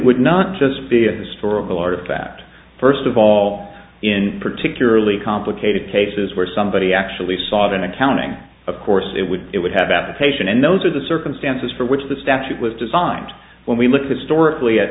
would not just be a historical artifact first of all in particularly complicated cases where somebody actually sought an accounting of course it would it would have application and those are the circumstances for which the statute was designed when we look historically